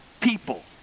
people